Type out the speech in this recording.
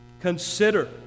consider